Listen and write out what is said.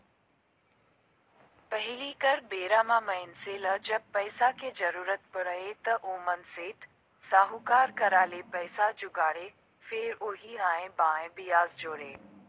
पहिली कर बेरा म मइनसे ल जब पइसा के जरुरत पड़य त ओमन सेठ, साहूकार करा ले पइसा जुगाड़य, फेर ओही आंए बांए बियाज जोड़य